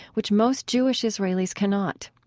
which most jewish israelis cannot.